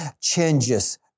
changes